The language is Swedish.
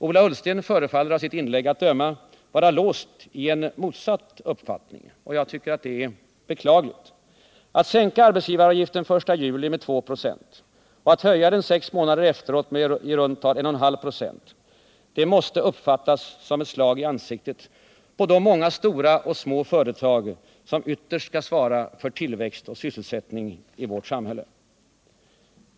Ola Ullsten förefaller av sitt inlägg att döma att vara låst i en motsatt uppfattning. Jag tycker det är beklagligt. Att sänka arbetsgivaravgiften den I juli med 2 26 och höja den sex månader efteråt med i runt tal 1,5 96 måste uppfattas som ett slag i ansiktet på de många stora och små företag som ytterst skall svara för tillväxten och sysselsättningen i vårt samhälle.